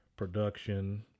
production